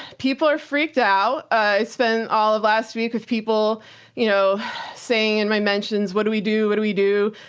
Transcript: people are freaked out. i spent all of last week with people you know saying in my mentions, what do we do? what do we do?